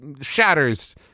shatters